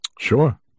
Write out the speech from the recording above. Sure